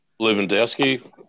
Lewandowski